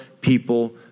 people